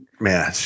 Man